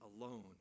alone